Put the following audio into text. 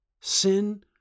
sin